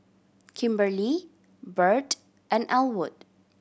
Kimberlie Birt and Elwood